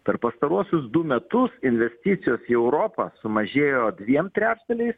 per pastaruosius du metus investicijos į europą sumažėjo dviem trečdaliais